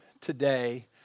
today